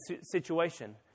situation